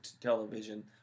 television